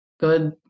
good